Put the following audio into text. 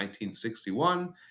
1961